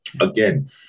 again